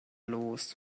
los